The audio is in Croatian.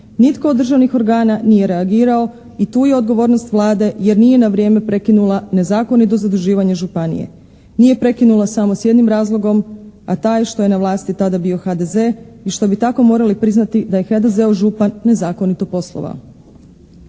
Nitko od državnih organa nije reagirao i tu je odgovornost Vlade jer nije na vrijeme prekinula nezakonito zaduživanje županije. Nije prekinula samo s jednim razlogom, a taj je što je na vlasti tada bio HDZ i što bi tako morali priznati da je HDZ-ov župan nezakonito poslovao.